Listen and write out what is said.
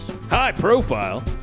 High-profile